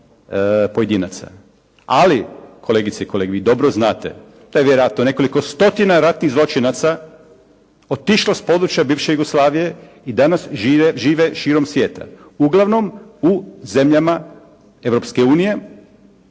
pojedinaca. Ali kolegice i kolege vi dobro znate, da je vjerojatno nekoliko stotina ratnih zločinaca otišlo s područja bivše Jugoslavije i danas žive širom svijeta uglavnom u zemljama Europske unije